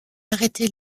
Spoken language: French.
arrêter